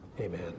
Amen